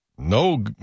No